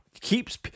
keeps